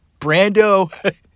Brando